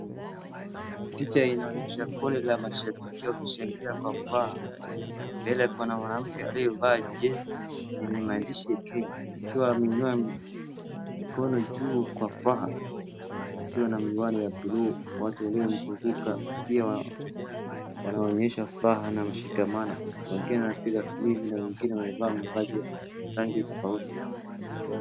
Picha inaonyesha kundi la mashabiki wakishangilia kwa furaha, mbele kuna mwanamke aliyevaa jezi lenye maandishi ya Kenya akiwa ameinua mkono juu kwa furaha. Akiwa na miwani ya buluu. Watu waliomzunguka pia wanaonyesha furaha na mshikamano. Wengine wanapiga filimbi na wengine wamevaa mavazi ya rangi tofauti.